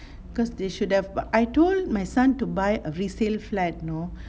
cause they should have but I told my son to buy a resale flat you know